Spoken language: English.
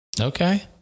Okay